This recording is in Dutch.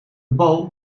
bal